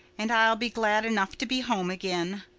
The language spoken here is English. and i'll be glad enough to be home again.